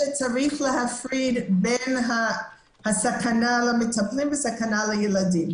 צריך להפריד בין הסכנה למטפלים וסכנה לילדים.